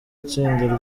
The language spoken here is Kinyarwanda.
itsinda